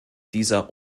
dieser